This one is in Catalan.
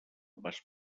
pas